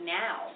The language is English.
now